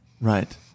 Right